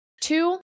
two